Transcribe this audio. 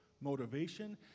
motivation